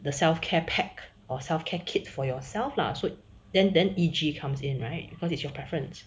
the self care pack or self care kit for yourself lah so then then E_G comes in right because it's your preference